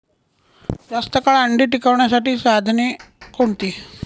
जास्त काळ अंडी टिकवण्यासाठी साधने कोणती?